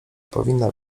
powinna